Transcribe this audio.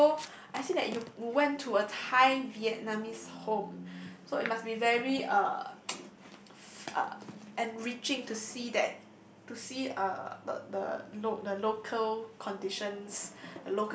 so I see that you went to Thai Vietnamese home so it must very uh uh enriching to see that to see uh the the lo~ the local conditions